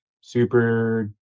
super